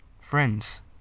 friends